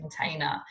container